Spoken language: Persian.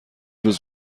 روز